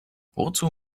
wozu